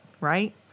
right